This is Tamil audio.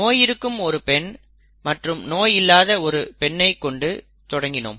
நோய் இருக்கும் ஒரு பெண் மற்றும் நோய் இல்லாத ஒரு பெண்ணை கொண்டு தொடங்கினோம்